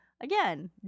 again